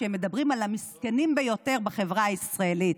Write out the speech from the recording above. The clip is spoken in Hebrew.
כשהם מדברים על המסכנים ביותר בחברה הישראלית.